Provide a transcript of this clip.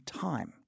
time